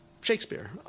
shakespeare